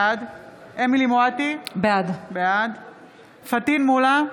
בעד אמילי חיה מואטי, בעד פטין מולא,